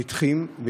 נדחים,